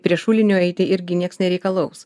prie šulinio eiti irgi nieks nereikalaus